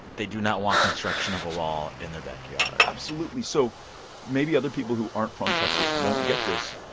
they do not want construction of a wall in their backyard absolutely. so maybe other people who aren't from texas won't get this,